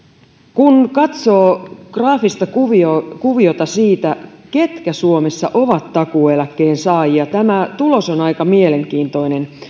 kun katsoo graafista kuviota kuviota siitä ketkä suomessa ovat takuueläkkeen saajia tämä tulos on aika mielenkiintoinen